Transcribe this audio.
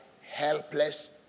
helpless